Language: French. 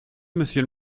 monsieur